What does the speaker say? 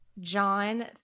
John